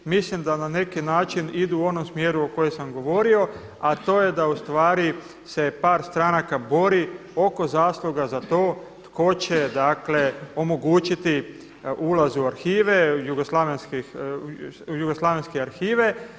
Mislim da na neki način idu u onom smjeru u kojem sam govorio, a to je da u stvari se par stranaka bori oko zasluga za to tko će, dakle omogućiti ulaz u arhive, jugoslavenske arhive.